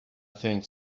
things